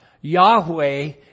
Yahweh